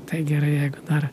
tai gerai jeigu dar